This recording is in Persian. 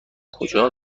کجا